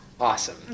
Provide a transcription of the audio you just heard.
awesome